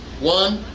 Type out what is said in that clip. one,